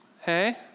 Hey